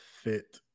fit